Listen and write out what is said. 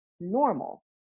normal